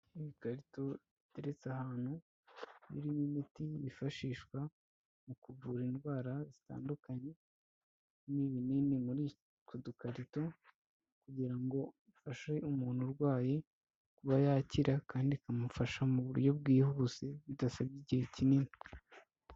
Ibikarito biretse ahantu, birimo imiti yifashishwa mu kuvura indwara zitandukanye, n'ibinini muri utwo dukarito, kugira ngo ifashe umuntu urwaye kuba yakira kandi ikamufasha mu buryo bwihuse, bidasabye igihe kinini.